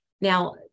Now